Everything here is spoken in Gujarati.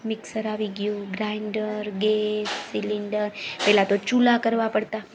મીક્ષર આવી ગયું ગ્રાયન્ડર ગેસ સિલિન્ડર પહેલા તો ચૂલા કરવા પડતા